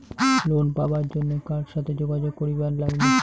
Loan পাবার জন্যে কার সাথে যোগাযোগ করিবার লাগবে?